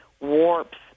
warps